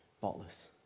faultless